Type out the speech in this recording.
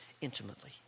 intimately